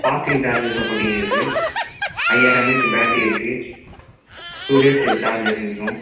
fasting charges supporting இருக்குது ஐயாயிரம் mAh battery இருக்குது டூ டேஸு சார்ஜர் நிற்கும்